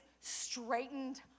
straightened